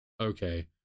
okay